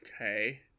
Okay